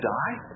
die